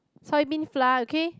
soy bean flour okay